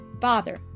Father